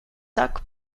suck